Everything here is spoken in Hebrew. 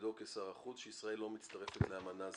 בתפקידו כשר החוץ שישראל לא מצטרפת לאמנה זו,